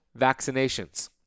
vaccinations